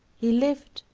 he lived,